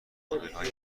مدلهای